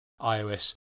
iOS